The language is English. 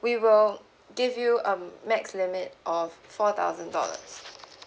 we will give you um max limit of four thousand dollars